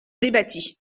débattit